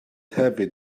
hefyd